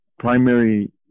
primary